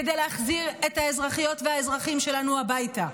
כדי להחזיר את האזרחיות והאזרחים שלנו הביתה.